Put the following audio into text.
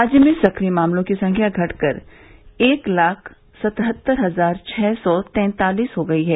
राज्य में सक्रिय मामलों की संख्या घट कर एक लाख सतहत्तर हजार छः सौ तैंतालीस हो गयी है